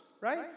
right